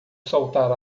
soltar